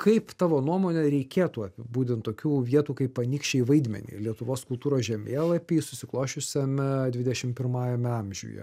kaip tavo nuomone reikėtų apibūdint tokių vietų kaip anykščiai vaidmenį lietuvos kultūros žemėlapy susiklosčiusiame dvidešim pirmajame amžiuje